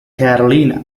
carolina